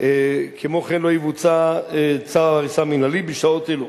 כמו כן, לא יבוצע צו הריסה מינהלי בשעות אלה.